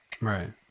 right